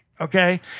Okay